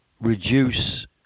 reduce